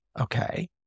okay